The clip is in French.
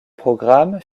programmes